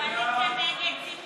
ההסתייגות של חבר הכנסת יעקב